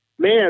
man